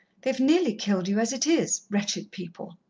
they've nearly killed you, as it is wretched people!